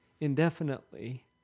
indefinitely